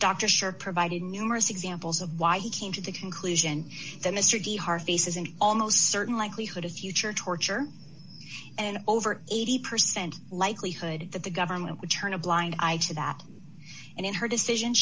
sure provided numerous examples of why he came to the conclusion that mr de hart faces an almost certain likelihood of future torture and over eighty percent likelihood that the government will turn a blind eye to that and in her decision